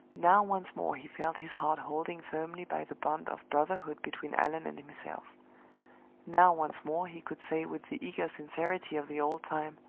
now once more he felt his heart holding firmly by the bond of brotherhood between allan and himself now once more he could say with the eager sincerity of the old time,